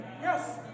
Yes